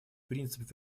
принцип